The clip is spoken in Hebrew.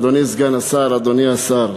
אדוני סגן השר, אדוני השר,